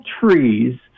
trees